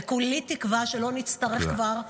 וכולי תקווה שלא נצטרך כבר -- תודה.